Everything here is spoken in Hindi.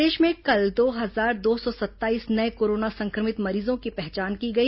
प्रदेश में कल दो हजार दो सौ सत्ताईस नये कोरोना संक्रमित मरीजों की पहचान की गई